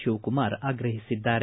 ತಿವಕುಮಾರ್ ಆಗ್ರಹಿಸಿದ್ದಾರೆ